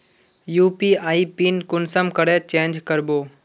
UPI pin कुंसम करे change करबो?